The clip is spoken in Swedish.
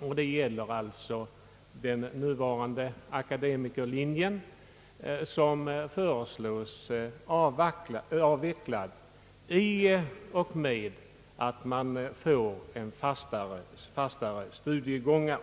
meningar, alltså frågan om den nuvarande akademikerlinjen som föreslås avvecklad i och med att det blir fastare studiegångar.